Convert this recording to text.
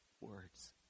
words